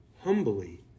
humbly